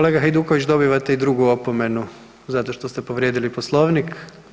Kolega Hajduković dobivate i drugu opomenu zato što ste povrijedili Poslovnik.